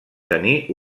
tenir